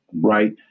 right